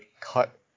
cut